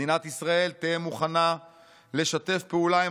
מדינת ישראל תהא מוכנה לשתף פעולה עם